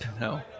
no